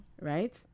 right